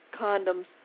condoms